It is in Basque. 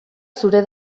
zure